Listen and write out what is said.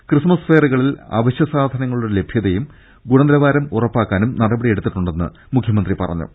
Christmas ഫെയറുകളിൽ അവശ്യസാധനങ്ങളുടെ ലഭ്യതയും ഗുണനിലവാരം ഉറപ്പാ ക്കാൻ നടപടിയെടുത്തിട്ടുണ്ടെന്ന് മുഖ്യമന്ത്രി പിറഞ്ഞു